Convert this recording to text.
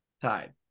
tied